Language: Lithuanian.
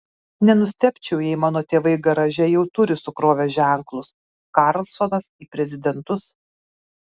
nenustebčiau jei mano tėvai garaže jau turi sukrovę ženklus karlsonas į prezidentus